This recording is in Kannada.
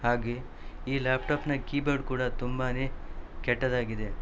ಹಾಗೆ ಈ ಲ್ಯಾಪ್ಟಾಪ್ನ ಕೀಬೋರ್ಡ್ ಕೂಡ ತುಂಬಾನೆ ಕೆಟ್ಟದಾಗಿದೆ